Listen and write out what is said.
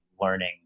learning